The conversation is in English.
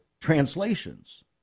translations